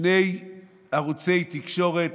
שני ערוצי תקשורת,